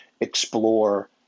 explore